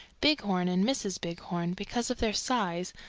bighorn and mrs. bighorn, because of their size,